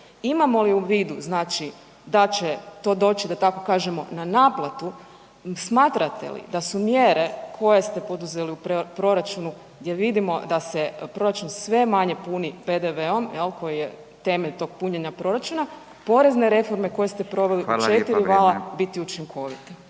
Imamo li u vidu, znači da će to doći da tako kažemo na naplatu? Smatrate li da su mjere koje ste poduzeli u proračunu gdje vidimo da se proračun sve manje puni PDV-om, jel, koji je temelj tog punjenja proračuna, porezne reforme koje ste proveli …/Upadica: Hvala lijepa,